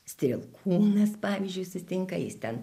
strielkūnas pavyzdžiui susitinka jis ten